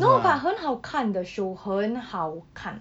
no but 很好看的 show 很好看